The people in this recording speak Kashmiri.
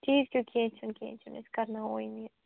ٹھیٖک چھُ کیٚنہہ چھُنہٕ کیٚنہہ چھُنہٕ أسۍ کرناوَو أمۍ یہِ